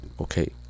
okay